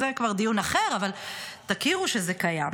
זה כבר דיון אחר, אבל תכירו שזה קיים.